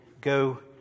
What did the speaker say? go